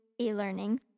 e-learning